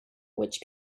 which